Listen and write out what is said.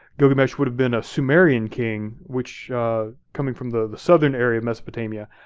gilgamesh would have been a sumerian king, which coming from the southern area of mesopotamia,